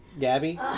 Gabby